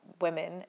women